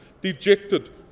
dejected